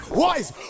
wise